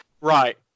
Right